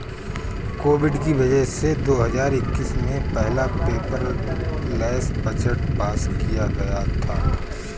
Covid की वजह से दो हजार इक्कीस में पहला पेपरलैस बजट पास किया गया था